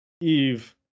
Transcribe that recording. Eve